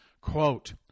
Quote